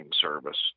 service